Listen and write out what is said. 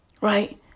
Right